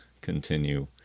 continue